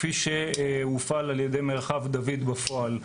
כפי שהופעל על ידי מרחב דוד בפועל.